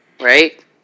Right